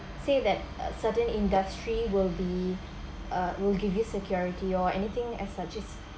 say that a certain industry will be uh will give you security or anything as such